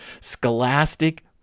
Scholastic